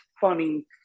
funny